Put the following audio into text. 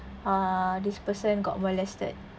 err this person got molested